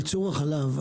ייצור החלב,